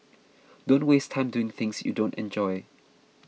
don't waste time doing things you don't enjoy